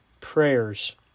prayers